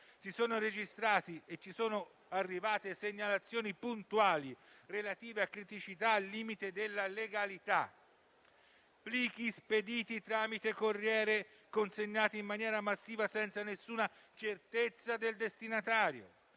circostanza ci sono arrivate segnalazioni puntuali relative a criticità al limite della legalità: plichi spediti tramite corriere, consegnati in maniera massiva senza nessuna certezza del destinatario;